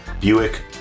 Buick